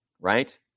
right